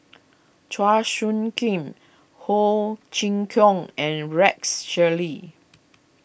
Chua Soo Khim Ho Chee Kong and Rex Shelley